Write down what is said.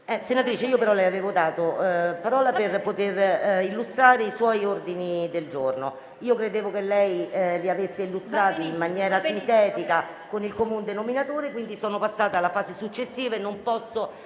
Senatrice Drago, però le avevo dato la parola per illustrare i suoi ordini del giorno e credevo che lei li avesse illustrati in maniera sintetica sottolineando il comune denominatore, quindi sono passata alla fase successiva e non posso